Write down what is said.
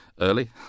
early